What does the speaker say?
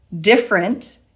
different